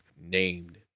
named